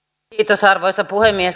arvoisa puhemies